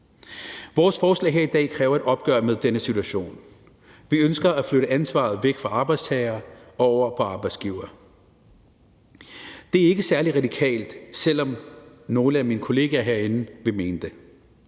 Vores forslag her i dag kræver et opgør med denne situation. Vi ønsker at flytte ansvaret væk fra arbejdstagere og over på arbejdsgivere. Det er ikke særlig radikalt, selv om nogle af mine kollegaer herinde vil mene det.